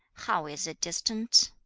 how is it distant